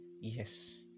Yes